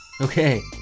Okay